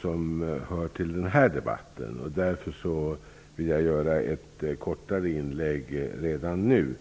som hör till den här debatten, och därför vill jag göra ett kortare inlägg redan nu.